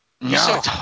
No